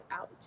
out